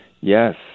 Yes